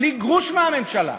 בלי גרוש מהממשלה,